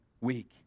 weak